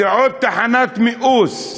זו עוד תחנת מיאוס,